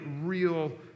real